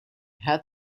had